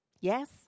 yes